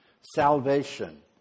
salvation